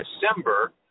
December